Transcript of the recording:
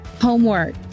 homework